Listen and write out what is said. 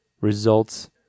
results